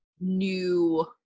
new